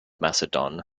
macedon